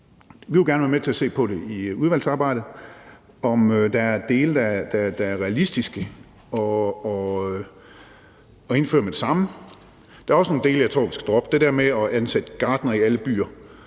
Vi vil gerne være med til at se på i udvalgsarbejdet, om der er dele, det er realistisk at indføre med det samme. Der er også nogle dele, som jeg tror vi skal droppe. Det der med at ansætte gartnere i alle byer